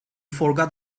forgot